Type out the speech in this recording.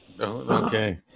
Okay